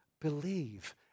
believe